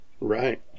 Right